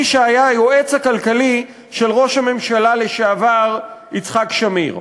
מי שהיה היועץ הכלכלי של ראש הממשלה לשעבר יצחק שמיר.